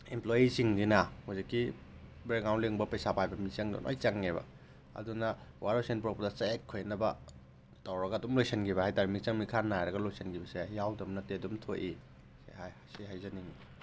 ꯏꯝꯄ꯭ꯂꯣꯌꯤꯁꯤꯡꯁꯤꯅ ꯍꯧꯖꯤꯛꯀꯤ ꯕꯦꯛꯒ꯭ꯔꯥꯎꯟ ꯂꯤꯡꯕ ꯄꯩꯁꯥ ꯄꯥꯏꯕ ꯃꯤꯆꯪꯗ ꯂꯣꯏꯅ ꯆꯪꯉꯦꯕ ꯑꯗꯨꯅ ꯋꯥꯔꯣꯏꯁꯤꯟ ꯄꯨꯔꯛꯄꯗ ꯆꯌꯦꯠ ꯈꯣꯏꯌꯦꯠꯅꯕ ꯇꯧꯔꯒ ꯑꯗꯨꯝ ꯂꯣꯏꯁꯤꯟꯈꯤꯕ ꯍꯥꯏ ꯇꯥꯔꯦ ꯃꯤꯆꯪ ꯃꯤꯈꯥꯏ ꯅꯥꯏꯔꯒ ꯂꯣꯏꯁꯤꯟꯈꯤꯕꯁꯦ ꯌꯥꯎꯗꯕ ꯅꯠꯇꯦ ꯑꯗꯨꯝ ꯊꯣꯛꯏ ꯁꯤ ꯁꯤ ꯍꯥꯏꯖꯅꯤꯡꯉꯤ